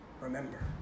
remember